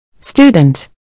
Student